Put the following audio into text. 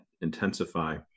intensify